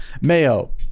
Mayo